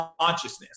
consciousness